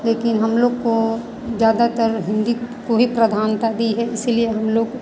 लेकिन हम लोग तो ज़्यादातर हिन्दी को ही प्रधानता दी है इसलिए हम लोग